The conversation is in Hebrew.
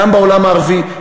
גם בעולם הערבי,